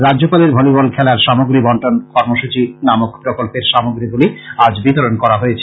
রাজ্যপালের ভলিবল খেলার সামগ্রী বন্টন কর্মসূচি নামক প্রকল্পের সামগ্রী গুলি আজ বিতরণ করা হয়েছে